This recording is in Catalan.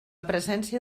presència